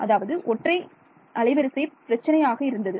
அதாவது ஒற்றை அலைவரிசை பிரச்சினை ஆக இருந்தது